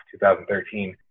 2013